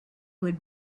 would